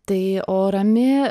tai o rami